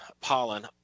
pollen